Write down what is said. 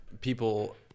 people